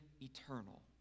eternal